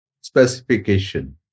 specification